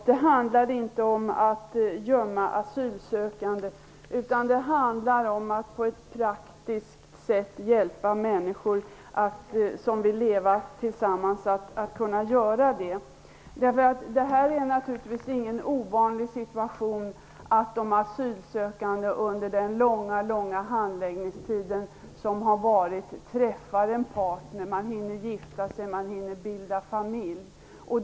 Herr talman! Det här handlar inte om lagbrott. Det handlar inte om att gömma asylsökande, utan det handlar om att på ett praktiskt sätt hjälpa människor som vill leva tillsammans att göra det. Det är naturligtvis ingen ovanlig situation att de asylsökande under den långa handläggningstiden träffar en partner. De hinner gifta sig. De hinner bilda familj.